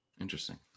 Interesting